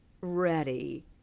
ready